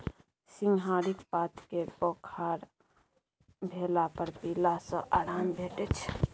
सिंहारिक पात केँ बोखार भेला पर पीला सँ आराम भेटै छै